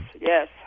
yes